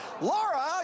Laura